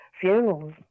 funerals